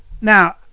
Now